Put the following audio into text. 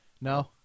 No